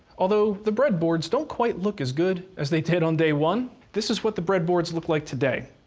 although the breadboards don't quite look as good as they did on day one. this is what the breadboards look like today.